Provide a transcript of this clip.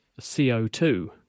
CO2